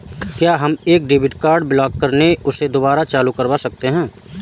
क्या हम एक डेबिट कार्ड ब्लॉक करके उसे दुबारा चालू करवा सकते हैं?